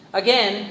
again